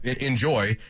enjoy